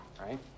Right